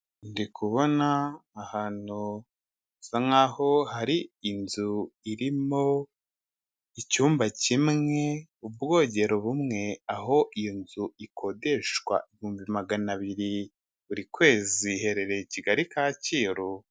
Ndi kubona ahantu hasa nkaho hari inzu irimo icyumba kimwe, ubwogero bumwe, aho iyo nzu ikodeshwa ibihumbi magana abiri buri kwezi iherereye i Kigali Kacyiru.